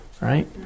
right